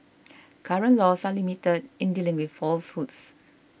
current laws are limited in dealing with falsehoods